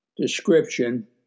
description